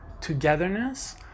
togetherness